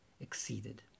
exceeded